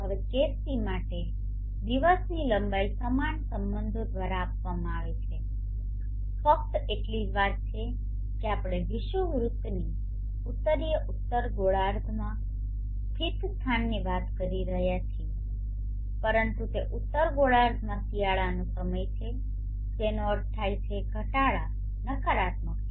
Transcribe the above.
હવે case C માટે દિવસની લંબાઈ સમાન સંબંધો દ્વારા આપવામાં આવે છે ફક્ત એટલી જ વાત છે કે આપણે વિષુવવૃત્તની ઉત્તરીય ઉત્તર ગોળાર્ધમાં સ્થિત સ્થાનની વાત કરી રહ્યા છીએ પરંતુ તે ઉત્તર ગોળાર્ધમાં શિયાળોનો સમય છે જેનો અર્થ થાય છે ઘટાડા નકારાત્મક છે